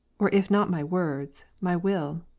or if not my words, my will?